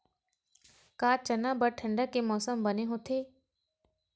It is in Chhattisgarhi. का चना बर ठंडा के मौसम बने होथे?